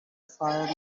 fire